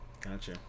Gotcha